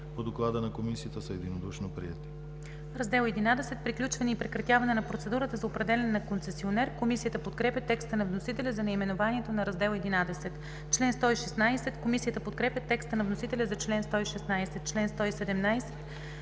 по Доклада на Комисията са единодушно приети.